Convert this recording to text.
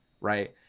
right